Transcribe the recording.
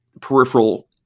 peripheral